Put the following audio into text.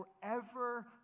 forever